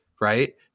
right